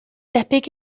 debyg